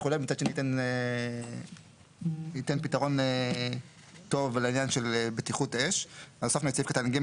וגם יתנו פתרון טוב לעניין של בטיחות אש הוספנו את סעיף קטן (ג),